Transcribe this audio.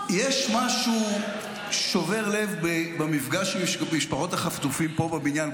יש משהו שובר לב במפגש עם משפחות החטופים פה בבניין.